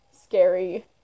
scary